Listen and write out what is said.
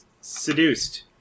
seduced